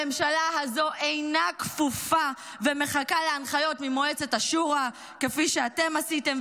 הממשלה הזו אינה כפופה ומחכה להנחיות ממועצת השורא כפי שאתם עשיתם,